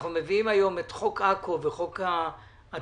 אנחנו מביאים היום את חוק עכו וחוק הטבות